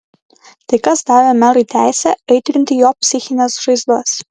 tai kas davė merui teisę aitrinti jo psichines žaizdas